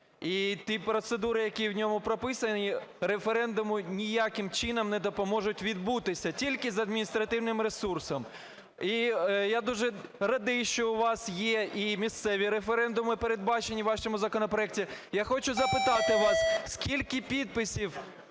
І ті процедури, які в ньому прописані, референдуму ніяким чином не допоможуть відбутися, тільки з адміністративним ресурсом. І я дуже радий, що у вас є і місцеві референдуми, передбачені у вашому законопроекті. Хочу запитати вас. Скільки підписів